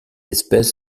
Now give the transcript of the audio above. espèce